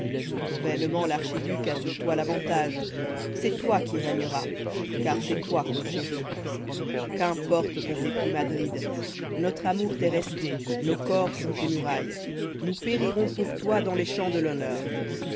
vainement l'archiduc a sur toi l'avantagé cesttoi qui régneras car c'est toi qu'on chérit qu'importe qu'ion t'ait pris madrid notre amour t'est resté nos corps sont tés muraille irous périrons pour toi'dan's les champs de l'honneur